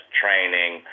training